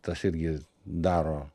tas irgi daro